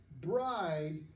bride